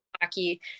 hockey